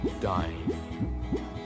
dying